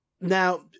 Now